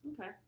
Okay